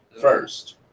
first